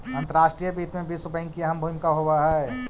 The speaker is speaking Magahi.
अंतर्राष्ट्रीय वित्त में विश्व बैंक की अहम भूमिका होवअ हई